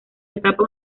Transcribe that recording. etapa